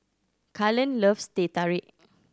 Kalen loves Teh Tarik